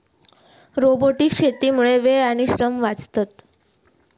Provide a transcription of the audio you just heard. robotic शेतीमुळा वेळ आणि श्रम वाचतत